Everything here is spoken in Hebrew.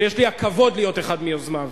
שיש לי הכבוד להיות אחד מיוזמיו.